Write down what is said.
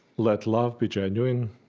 let love be genuine,